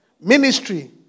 Ministry